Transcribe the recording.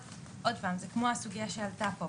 עוד פעם, זה כמו הסוגיה שעלתה פה.